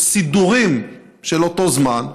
בסידורים של אותו זמן,